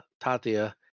Tatia